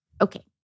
okay